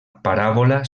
paràbola